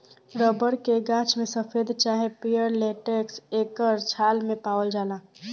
rubber के गाछ में सफ़ेद चाहे पियर लेटेक्स एकर छाल मे पावाल जाला